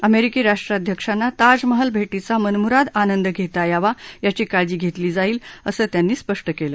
अमेरिकी राष्ट्राध्यक्षांना ताज महाल भेरींचा मनमुराद आंनद घेता यावा याची काळजी घेतली जाईल असं त्यांनी स्पष्ट केलं